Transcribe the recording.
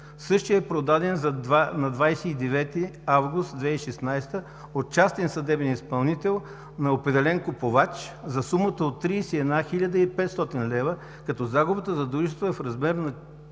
Същият е продаден на 29 август 2016 г. от частен съдебен изпълнител на определен купувач за сумата от 31 хил. 500 лв., като загубата за дружеството е в размер на